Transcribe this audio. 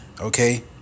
okay